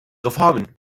reformen